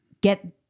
get